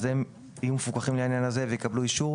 הם יהיו מפוקחים, ויקבלו אישור,